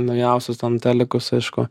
naujausius ten telikus aišku